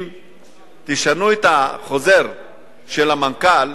אם תשנו את חוזר המנכ"ל,